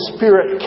Spirit